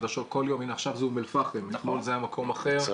הנה עכשיו זה אום אל-פחם, אתמול זה היה מקום אחר.